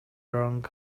wrong